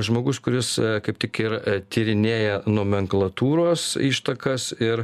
žmogus kuris kaip tik ir tyrinėja nomenklatūros ištakas ir